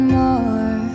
more